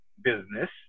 business